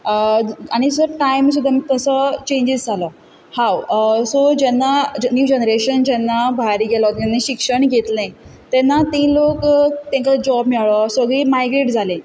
आनी असो टायम सुद्दां असो चेंजीस जालो सो जेन्ना न्यू जेनरेशन जेन्ना भायर गेलें ताणीं शिक्षण घेतलें तेन्ना तीं लोक तेंका जोब मेळ्ळो सगळीं मायग्रेट जालीं